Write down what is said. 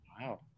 wow